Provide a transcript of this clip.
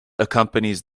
accompanies